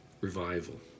revival